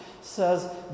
says